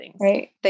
Right